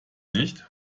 nicht